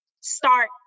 start